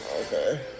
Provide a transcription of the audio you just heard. Okay